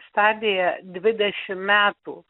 stadija dvidešim metų